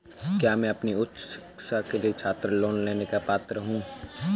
क्या मैं अपनी उच्च शिक्षा के लिए छात्र लोन लेने का पात्र हूँ?